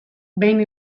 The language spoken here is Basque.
behin